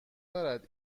دارد